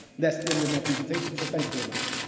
that's the end of my presentation. so, thanks very much.